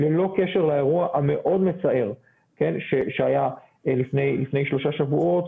ללא קשר לאירוע המאוד-מצער שהיה לפני שלושה שבועות,